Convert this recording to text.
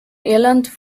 irland